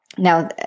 Now